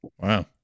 Wow